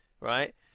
right